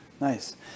Nice